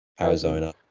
Arizona